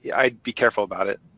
yeah i'd be careful about it.